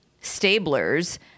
Stabler's